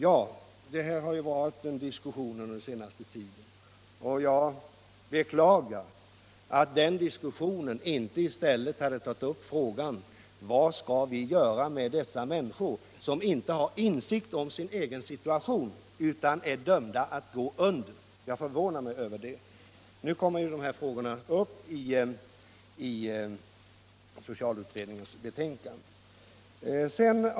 Ja, det är ju en fråga som har diskuterats mycket under den senaste tiden, och jag beklagar att man i den diskussionen inte i stället har tagit upp frågan vad vi skall göra med de människor som inte har någon insikt om sin egen situation utan är dömda att gå under. Jag förvånar mig över det. Men nu kommer ändå de frågorna att tas upp i socialutredningens betänkande.